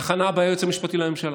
התחנה הבאה היא היועץ המשפטי לממשלה,